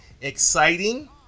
exciting